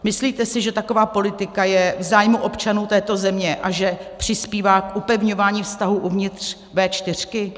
Myslíte si, že taková politika je v zájmu občanů této země a že přispívá k upevňování vztahů uvnitř V4?